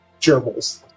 gerbils